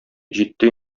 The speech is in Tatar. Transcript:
җитте